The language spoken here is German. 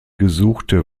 gesuchte